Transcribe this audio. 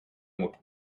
moet